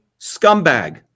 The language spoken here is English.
Scumbag